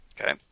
okay